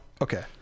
Okay